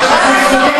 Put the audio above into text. ובפערים